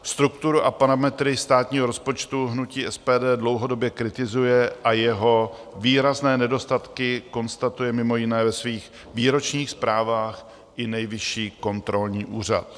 Strukturu a parametry státního rozpočtu hnutí SPD dlouhodobě kritizuje a jeho výrazné nedostatky konstatuje mimo jiné ve svých výročních zprávách i Nejvyšší kontrolní úřad.